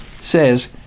says